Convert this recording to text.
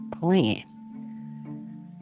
plan